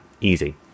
Easy